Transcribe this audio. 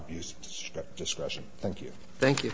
abuse to strip discretion thank you thank you